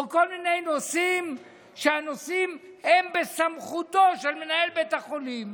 או כל מיני נושאים שהם בסמכותו של מנהל בית החולים.